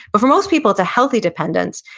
but for most people, it's a healthy dependence,